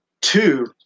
Two